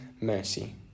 mercy